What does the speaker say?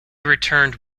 returned